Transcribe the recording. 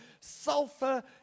sulfur